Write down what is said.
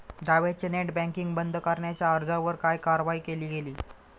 जावेदच्या net banking बंद करण्याच्या अर्जावर काय कारवाई केली गेली?